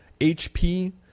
hp